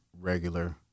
regular